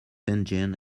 engine